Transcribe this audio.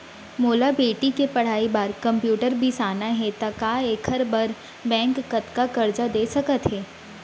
मोला बेटी के पढ़ई बार कम्प्यूटर बिसाना हे त का एखर बर बैंक कतका करजा दे सकत हे?